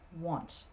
want